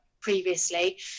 previously